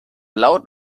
laut